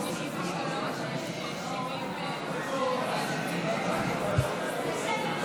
ההסתייגויות לסעיף 27 בדבר תוספת תקציב לא נתקבלו.